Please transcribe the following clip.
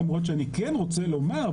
למרות שאני כן רוצה לומר,